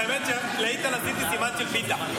את האמת שלאיתן עשיתי סימן של פיתה.